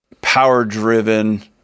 power-driven